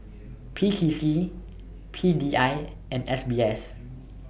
P T C P D I and S B S